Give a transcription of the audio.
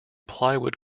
plywood